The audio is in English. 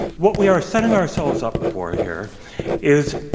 what we are setting ourselves up for here is